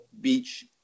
Beach